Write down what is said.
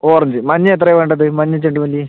orange മഞ്ഞ എത്രയാ വേണ്ടത് മഞ്ഞ ചെണ്ടുമല്ലി